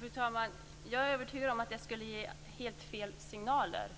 Fru talman! Jag är övertygad om att det skulle ge helt felaktiga signaler.